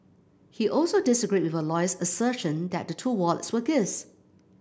he also disagreed with her lawyer's assertion that the two wallets were gifts